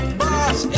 boss